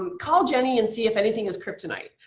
um call jenny and see if anything is kryptonite.